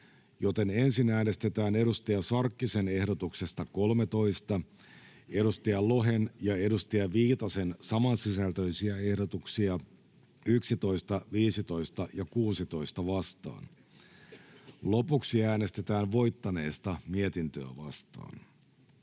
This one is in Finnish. joten ensin äänestetään Hanna Sarkkisen ehdotuksesta 13 Markus Lohen ja Pia Viitasen samansisältöisiä ehdotuksia 11, 15 ja 16 vastaan. Lopuksi äänestetään voittaneesta mietintöä vastaan.